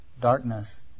darkness